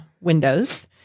windows